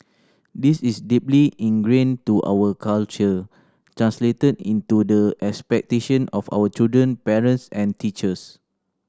this is deeply ingrained to our culture translated into the expectation of our children parents and teachers